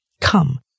come